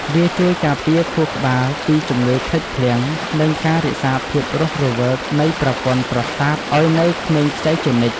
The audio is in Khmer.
វាជួយការពារខួរក្បាលពីជំងឺភ្លេចភ្លាំង និងរក្សាភាពរស់រវើកនៃប្រព័ន្ធប្រសាទឱ្យនៅក្មេងខ្ចីជានិច្ច។